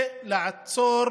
כדי לעצור